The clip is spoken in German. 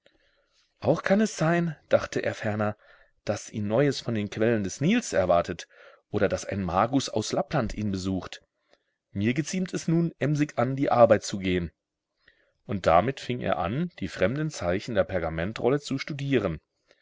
auch kann es sein dachte er ferner daß ihn neues von den quellen des nils erwartet oder daß ein magus aus lappland ihn besucht mir geziemt es nun emsig an die arbeit zu gehen und damit fing er an die fremden zeichen der pergamentrolle zu studieren